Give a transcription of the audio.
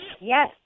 Yes